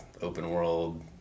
open-world